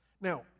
Now